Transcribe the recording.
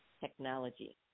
technology